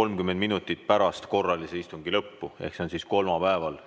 30 minutit pärast korralise istungi lõppu ehk sel kolmapäeval